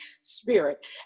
spirit